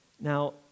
Now